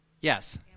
yes